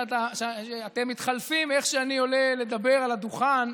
שאתם מתחלפים איך שאני עולה לדבר על הדוכן.